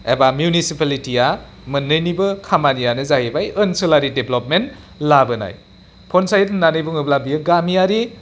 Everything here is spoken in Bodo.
एबा मिउनिसिपालिटिआ मोन्नैनिबो खामानियानो जाहैबाय ओनसोलारि देभलपमेन्ट लाबोनाय पन्सायत होन्नानै बुङोब्ला बेयो गामियारि